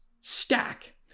stack